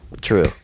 True